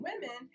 women